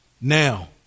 Now